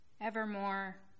evermore